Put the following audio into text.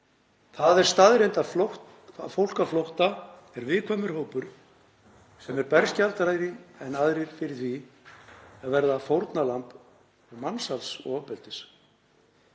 Það er staðreynd að fólk á flótta er viðkvæmur hópur sem er berskjaldaðri en aðrir fyrir því að verða fórnarlömb mansals og ofbeldis.